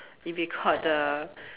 it'll be called the